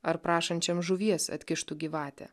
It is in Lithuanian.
ar prašančiam žuvies atkištų gyvatę